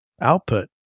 output